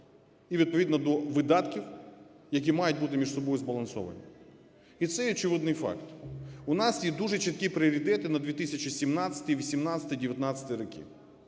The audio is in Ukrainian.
і відповідно до видатків, які мають бути між собою збалансовані. І це є очевидний факт. У нас є дуже чіткі пріоритети на 2017-й, 18-й і 19-й роки.